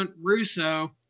Russo